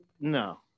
No